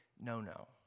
no-no